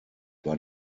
war